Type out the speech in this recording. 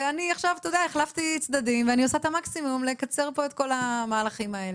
עכשיו החלפתי צדדים ואני עושה את המקסימום לקצר פה את המהלכים האלה.